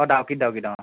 অঁ ডাউকীত ডাউকীত অঁ